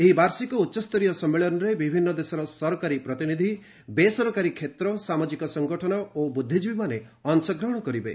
ଏହି ବାର୍ଷିକ ଉଚ୍ଚସ୍ତରୀୟ ସମ୍ମିଳନୀରେ ବିଭିନ୍ନ ଦେଶର ସରକାରୀ ପ୍ରତିନିଧି ବେସରକାରୀ କ୍ଷେତ୍ର ସାମାଜିକ ସଂଗଠନ ଓ ବୁଦ୍ଧିଜୀବୀମାନେ ଅଶଗ୍ରହଣ କରିବେ